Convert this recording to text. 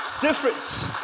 difference